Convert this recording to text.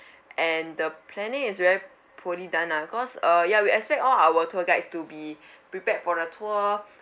and the planning is very poorly done lah because uh ya we expect all our tour guides to be prepared for the tour